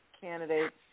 candidate's